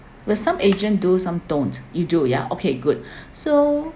will some agent do some don't you do ya okay good so